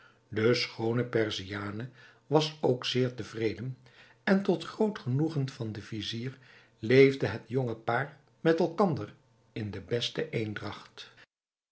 de schoone perziane was ook zeer tevreden en tot groot genoegen van den vizier leefde het jonge paar met elkander in de beste eendragt